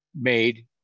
Made